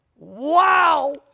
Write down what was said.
Wow